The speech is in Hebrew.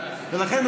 לכן,